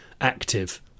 active